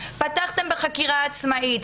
פתחתם בחקירה עצמאית?